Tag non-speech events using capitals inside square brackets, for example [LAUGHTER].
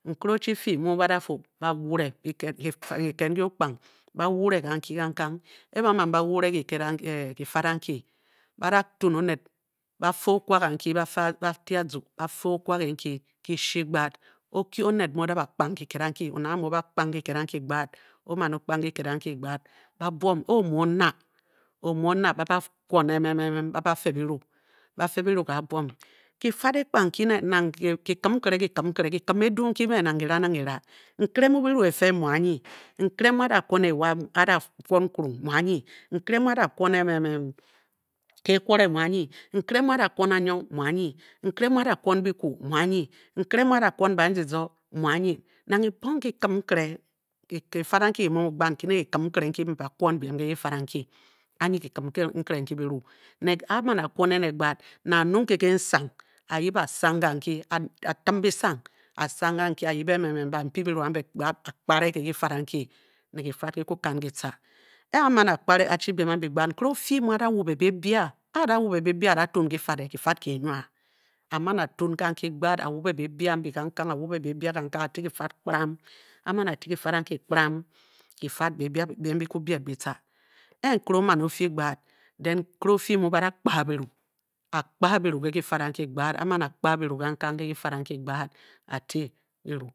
Nkere o- chi fi mi na da fu ba unire kiked [UNINTELLIGIBLE] kiked nki o-kpang, ba wure gamki kankang, e-ba man ba wure kiked [HESITATION] ki fad anki ba da tun oned ba fe okwa ke nki, ba ti azu ba fe okwa ke nki kishi gbad, o-kye oned mu o-da ba kpang kiked anki, oned a mu o-ba kpang kiked anki gbad, o-man o-kpang kiked anki gbad, ba buom a-a omo o-na, omu o-na, ba na kwon [HESITATION] ba ba fe bini, bafe biru ke abuom ki fad ekpang nki ne nang kikim nkere, kikim nkere, kikim edwu nki men nang gi ra nang giri nkere mu biru e-fe mu anyi, nkere mi a-a da kwon ewa, a-da kwon nk-urung mu anyi nkere mu a-da kwon [HESITATION] kekwre inu anyi nkere mu a-da kwon anyong mu anyi, nkere mu a da kwon bikwu mu anyi nkere my a-ada kwon banzizo nank ebony kikim nkere, ki fed anki kinnu mu gbad nki nè kikini nkere nki ba kwon biem ke ki fad anki, anyi kikim nkere nki kibiru. a man akon ene bad ne anyung ke geh sang, ayip a sang ganki, a-tim bi sang a-sang gan ki, a-yip [HESITATION] ban- p yi kiru ambe gbad a- kpare ke ki per anki, ne ki fad ki Kini kan ki tch, a-a man a-kpare a-chi biem ambi gbad, nkere o-fi mu a-da wu be be bia a-a da tuun ki fad e, ki fad ke-nwa a-man a-tun ganki gbad, a-wube be bia ambi kangkang, a-unibe, bebia kangkang, ati kifad kpinanm, a-a man ati kifad kpiram, kifad biem bi kwu bieb bita nkere o-man ofi gbad, den nkere o-fi mu ba da kpa biru a-kpa biru ke difad anki gbad a-a man a-kpa biru kangkang ke difad anki gbad. a-ti biru